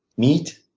meat,